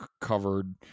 covered